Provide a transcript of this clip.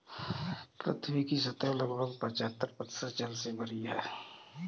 पृथ्वी की सतह लगभग पचहत्तर प्रतिशत जल से भरी है